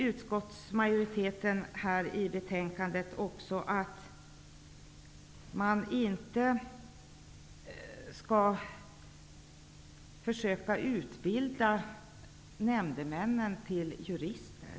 Utskottsmajoriteten säger också här i betänkandet att man inte skall försöka att utbilda nämndemännen till jurister.